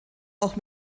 auch